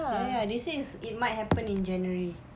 ya ya they say it might happen in january